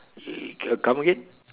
it uh come again